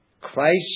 Christ